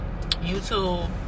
youtube